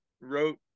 wrote